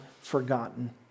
forgotten